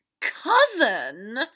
Cousin